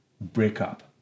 breakup